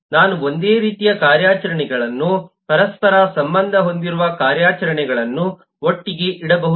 ನಾನು ಒಂದೇ ರೀತಿಯ ಕಾರ್ಯಾಚರಣೆಗಳನ್ನು ಪರಸ್ಪರ ಸಂಬಂಧ ಹೊಂದಿರುವ ಕಾರ್ಯಾಚರಣೆಗಳನ್ನು ಒಟ್ಟಿಗೆ ಇಡಬಹುದು